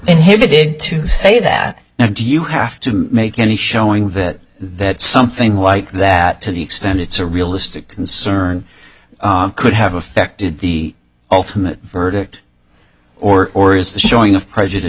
inhibited to say that now do you have to make any showing that something like that to the extent it's a realistic concern could have affected the ultimate verdict or is the showing of prejudice